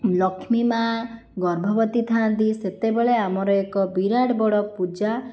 ଲକ୍ଷ୍ମୀମାଁ ଗର୍ଭବତୀ ଥାଆନ୍ତି ସେତେବେଳେ ଆମର ଏକ ବିରାଟ ବଡ଼ ପୂଜା